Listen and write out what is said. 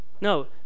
No